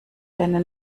deine